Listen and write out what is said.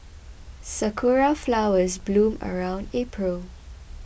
sakura flowers bloom around April